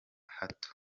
hato